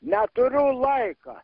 neturiu laika